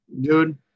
Dude